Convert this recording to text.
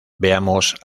veamos